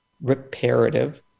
reparative